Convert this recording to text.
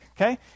okay